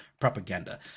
propaganda